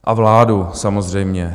A vládu, samozřejmě.